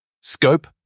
Scope